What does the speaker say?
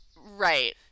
Right